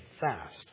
fast